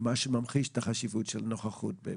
מה שממחיש את חשיבות הנוכחות בדיונים.